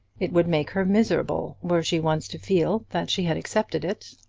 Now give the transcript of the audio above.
it would make her miserable, were she once to feel that she had accepted it.